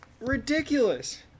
ridiculous